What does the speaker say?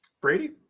Brady